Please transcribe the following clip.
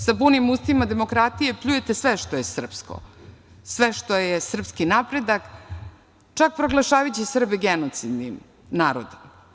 Sa punim ustima demokratije pljujete sve što je srpsko, sve što je srpski napredak, čak proglašavajući Srbe genocidnim narodom.